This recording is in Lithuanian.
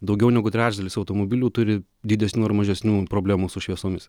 daugiau negu trečdalis automobilių turi didesnių ar mažesnių problemų su šviesomis